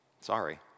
Sorry